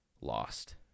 lost